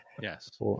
Yes